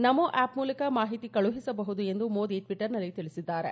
ನಮೋ app ಮೂಲಕ ಮಾಹಿತಿ ಕಳುಹಿಸಬಹುದು ಎಂದು ಮೋದಿ ಟ್ವೀಟರ್ನಲ್ಲಿ ತಿಳಿಸಿದ್ದಾರೆ